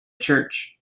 church